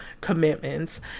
commitments